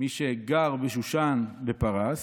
מי שגר בשושן בפרס,